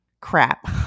crap